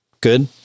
Good